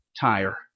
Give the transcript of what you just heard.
tire